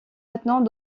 maintenant